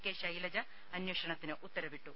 K Shailaja അന്വേഷണത്തിന് ഉത്തരവിട്ടു